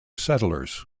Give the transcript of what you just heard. settlers